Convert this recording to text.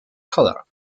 color